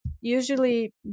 Usually